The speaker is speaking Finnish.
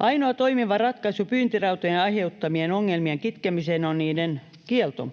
Ainoa toimiva ratkaisu pyyntirautojen aiheuttamien ongelmien kitkemiseen on niiden kielto.